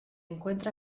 encuentra